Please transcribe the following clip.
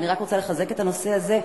ואני רק רוצה לחזק את הנושא הזה,